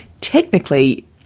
technically